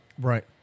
Right